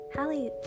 Hallie